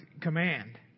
command